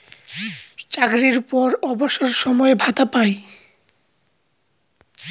চাকরির পর অবসর সময়ে ভাতা পায়